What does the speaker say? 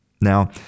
Now